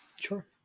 sure